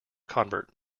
convert